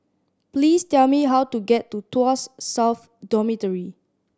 please tell me how to get to Tuas South Dormitory